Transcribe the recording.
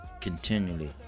continually